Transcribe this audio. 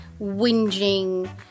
whinging